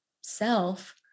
self